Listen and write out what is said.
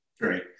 Great